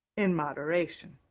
in moderation.